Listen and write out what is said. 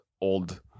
old